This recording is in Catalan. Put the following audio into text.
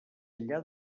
enllà